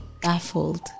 baffled